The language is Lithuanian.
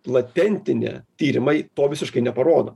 latentinė tyrimai to visiškai neparodo